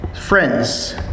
Friends